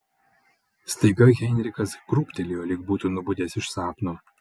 staiga heinrichas krūptelėjo lyg būtų nubudęs iš sapno